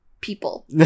people